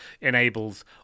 enables